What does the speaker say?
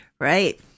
Right